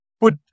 put